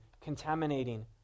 contaminating